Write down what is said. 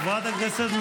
מכונת ההסתה.